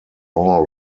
all